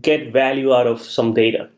get value out of some data?